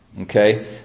Okay